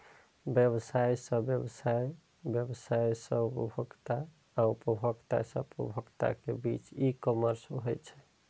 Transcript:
व्यवसाय सं व्यवसाय, व्यवसाय सं उपभोक्ता आ उपभोक्ता सं उपभोक्ता के बीच ई कॉमर्स होइ छै